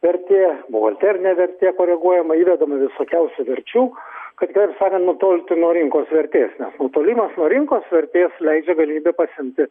vertė buhalterinė vertė koreguojama įvedama visokiausių verčių kad kitaip sakant nutolti nuo rinkos vertės nutolimas nuo rinkos vertės leidžia galymybę pasiimti